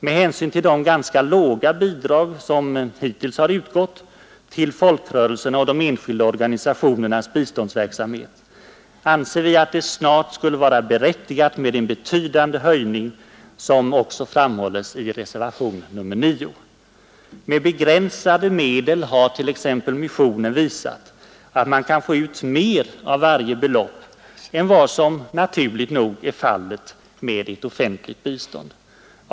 Med hänsyn till de ganska små bidrag som har utgått till folkrörelsernas och de enskilda organisationernas biståndsverksamhet borde det snart vara berättigat med en betydande höjning, vilket Missionen har t.ex. visat att man med begränsade medel kan få ut mer Onsdagen den av varje belopp än vad som naturligt nog är fallet med ett offentligt 3 maj 1972 bistånd.